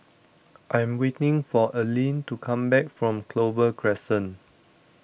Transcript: I'm waiting for Allene to come back from Clover Crescent